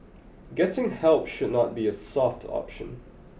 getting help should not be a soft option